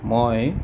মই